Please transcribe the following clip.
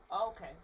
Okay